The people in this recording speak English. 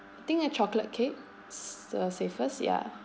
I think a chocolate cake is the safest ya